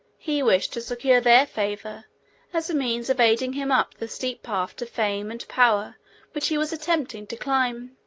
he wished to secure their favor as a means of aiding him up the steep path to fame and power which he was attempting to climb.